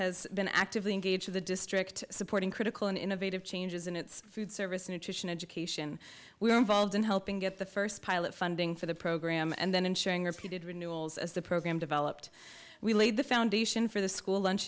has been actively engaged in the district supporting critical and innovative changes in its food service nutrition education we were involved in helping get the first pilot funding for the program and then ensuring repeated renewals as the program developed we laid the foundation for the school lunch